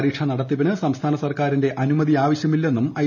പരീക്ഷാ നടത്തിപ്പിന് സംസ്ഥാന സർക്കാരിന്റെ അനുമതി ആവശ്യമില്ലെന്നും ഐ